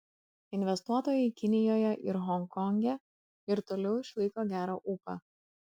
investuotojai kinijoje ir honkonge ir toliau išlaiko gerą ūpą